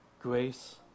grace